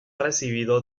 recibido